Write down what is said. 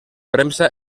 premsa